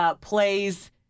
plays